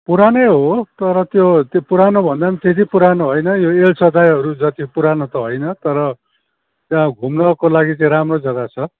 पुरानै हो तर त्यो पुरानो भन्दा पनि त्यति पुरानो होइन यो एल्सादाईहरू जति पुरानो त होइन तर त्यहाँ घुम्नको लागि चाहिँ राम्रो जग्गा छ